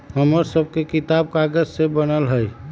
हमर सभके किताब कागजे से बनल हइ